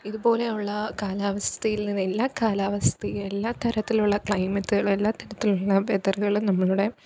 ഇതുപോലെയുള്ള കാലാവസ്ഥയിൽ നിന്ന് എല്ലാ കാലാവസ്ഥയും എല്ലാ തരത്തിലുള്ള ക്ലൈമറ്റുകളും എല്ലാ തരത്തിലുള്ള വെതറുകളും നമ്മളുടെ